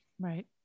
Right